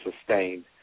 sustained